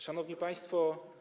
Szanowni Państwo!